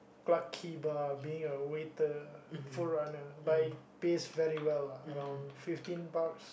Clarke-Quay bar being a waiter full runner but it pays very well lah around fifteen bucks